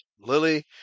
lily